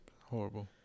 horrible